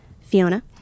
Fiona